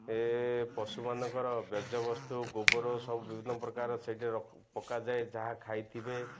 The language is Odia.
ଏ ପଶୁମାନଙ୍କର ବର୍ଜ୍ୟବସ୍ତୁ ଗୋବର ସବୁ ବିଭିନ୍ନ ପ୍ରକାର ସେଇଠି ପକାଯାଏ ଯାହା ଖାଇଥିବେ